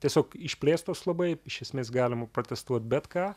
tiesiog išplėstos labai iš esmės galima patestuot bet ką